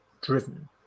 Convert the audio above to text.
driven